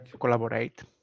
collaborate